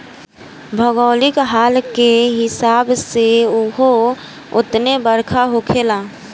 भौगोलिक हाल के हिसाब से उहो उतने बरखा होखेला